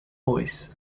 voice